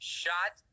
shot